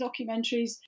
documentaries